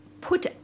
put